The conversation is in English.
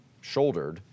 shouldered